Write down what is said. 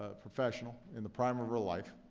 ah professional in the prime of her life.